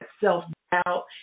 self-doubt